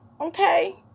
okay